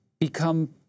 become